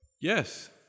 yes